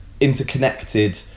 interconnected